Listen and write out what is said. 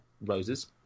roses